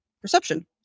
perception